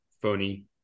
phony